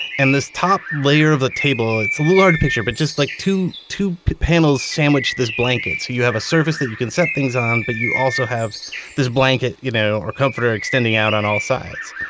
and this top layer of the table, it's a little hard to picture, but just like two two panels sandwich this blanket. so you have a surface that you can set things on, but you also have this blanket you know or comforter extending out on all sides.